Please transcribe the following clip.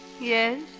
Yes